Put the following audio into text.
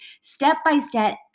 step-by-step